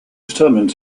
determined